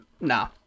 Nah